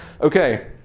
okay